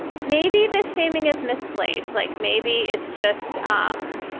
maybe this shaming is misplaced. like maybe it's just um